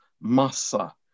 Massa